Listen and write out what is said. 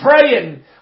praying